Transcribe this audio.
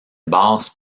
basse